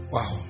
Wow